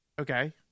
Okay